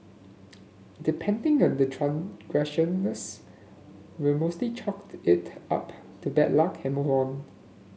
depending on the transgressions we mostly chalk it up to bad luck and move on